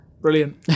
Brilliant